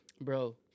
Bro